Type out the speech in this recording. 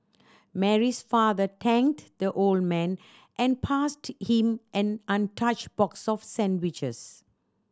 Mary's father thanked the old man and passed him an untouched box of sandwiches